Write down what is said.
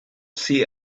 see